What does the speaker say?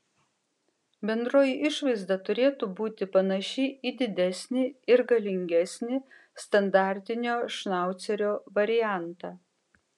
bendroji išvaizda turėtų būti panaši į didesnį ir galingesnį standartinio šnaucerio variantą